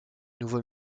nouveau